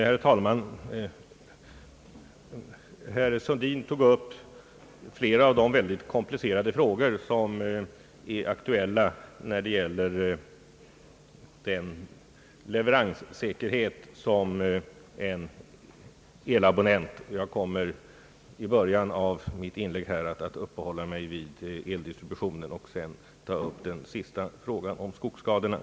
Herr talman! Herr Sundin tog upp flera av de mycket komplicerade frågor som är aktuella när det gäller den leveranssäkerhet som en elabonnent kan begära — jag kommer i början av mitt inlägg att uppehålla mig vid eldistributionen och sedan ta upp den sista frågan om skogsskadorna.